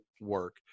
work